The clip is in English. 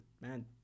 man